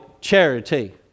charity